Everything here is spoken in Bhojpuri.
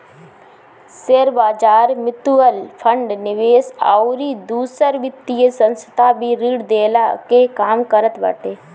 शेयरबाजार, मितुअल फंड, निवेश अउरी दूसर वित्तीय संस्था भी ऋण देहला कअ काम करत बाटे